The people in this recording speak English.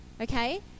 Okay